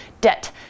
Debt